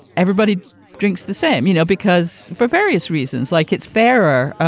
everybody drinks the same, you know, because for various reasons, like it's fairer.